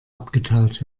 abgetaut